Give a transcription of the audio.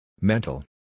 Mental